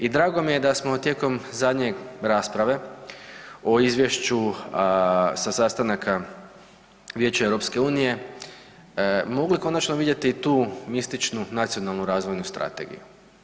I drago mi je da smo tijekom zadnje rasprave o Izvješću sa sastanaka Vijeća EU mogli konačno vidjeti tu mističnu nacionalnu razvojnu strategiju.